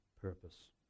purpose